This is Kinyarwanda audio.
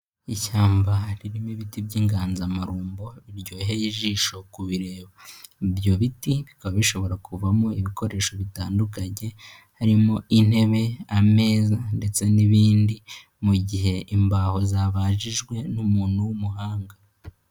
Ishyamba ririmo ibiti by'inganzamarumbo biryoheye ijisho kubireba, ibyo biti bikaba bishobora kuvamo ibikoresho bitandukanye harimo intebe ameza ndetse n'ibindi mu gihe imbaho zabajijwe n'umuntu w'umuhanga.